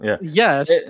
Yes